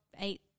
eight